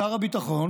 שר הביטחון